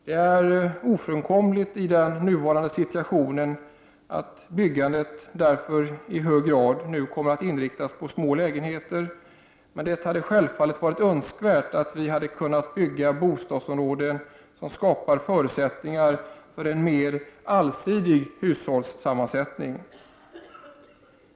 Det är ofrånkomligt i den nuvarande situationen att byggandet därför i hög grad inriktas på smålägenheter, men det hade självfallet varit önskvärt att vi hade kunnat bygga bostadsområden som skapar förutsättningar för en mera allsidig hushållssammansättning.